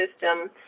system